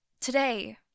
today